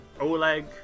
Oleg